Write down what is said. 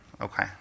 Okay